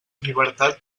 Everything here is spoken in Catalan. llibertat